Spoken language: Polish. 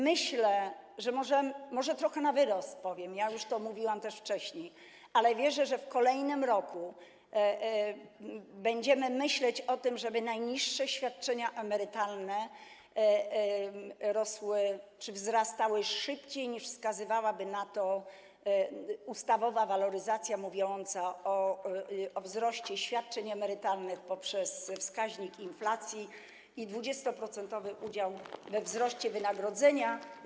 Może powiem to trochę na wyrost - już mówiłam to wcześniej - ale wierzę, że w kolejnym roku będziemy myśleć o tym, żeby najniższe świadczenia emerytalne wzrastały szybciej, niż wskazywałaby na to ustawowa waloryzacja mówiąca o wzroście świadczeń emerytalnych poprzez wskaźnik inflacji i 20-procentowy udział we wzroście wynagrodzenia.